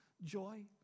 joy